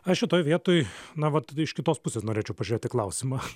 aš šitoj vietoj na vat iš kitos pusės norėčiau pažiūrėt į klausimą